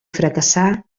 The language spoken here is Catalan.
fracassar